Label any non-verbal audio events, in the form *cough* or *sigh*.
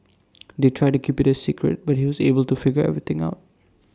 *noise* they tried to keep IT A secret but he was able to figure everything out